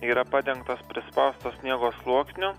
yra padengtos prispausto sniego sluoksniu